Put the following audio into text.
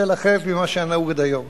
לטפל אחרת ממה שהיה נהוג עד היום.